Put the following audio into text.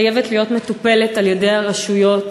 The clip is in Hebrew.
שחייבת להיות מטופלת על-ידי הרשויות.